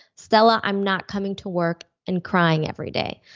stella, i'm not coming to work and crying every day.